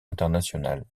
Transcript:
international